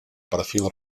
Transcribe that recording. perfil